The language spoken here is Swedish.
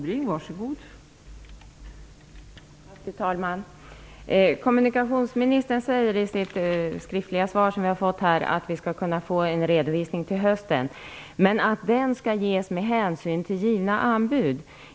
Fru talman! Kommunikationsministern säger i sitt skriftliga svar att vi skall kunna få en redovisning till hösten, men att den skall ges med hänsyn till givna anbud.